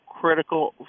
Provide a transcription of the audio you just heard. critical –